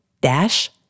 dash